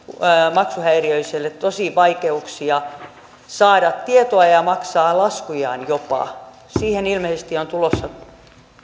maksuhäiriöiselle vaikeuksia saada tietoa ja ja maksaa laskujaan jopa siihen ilmeisesti on tulossa